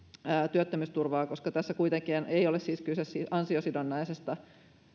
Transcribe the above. työttömyysturvaa koska tässä kuitenkaan ei ole kyse ansiosidonnaisesta